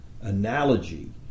analogy